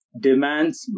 demands